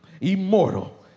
immortal